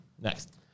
next